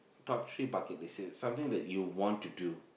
top three bucket list is something that you want to do